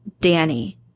Danny